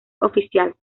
oficial